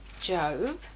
Job